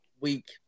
week –